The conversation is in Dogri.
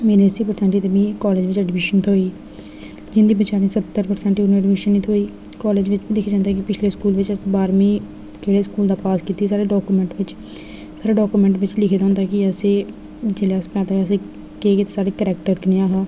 उ'नें बच्चें गी कालेज बिच्च एडमिशन थ्होई जिन्नें बच्चें दे सत्तर पर्सैंटेज आह्लें गी एडमिशन नेईं थ्होई कालेज बिच्च दिक्खेआ जंदा कि पिछले स्कूल बिच्च बाह्रमीं केह्ड़े स्कूल चा पास कीती साढ़े डाकूमेंट बिच्च साढ़े डाकूमेंट बिच्च लिखे दा होंदा कि जिसलै अस पैदा होए हे केह् केह् साढ़ा करैक्टर कनेहा हा